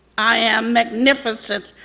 i am magnificent.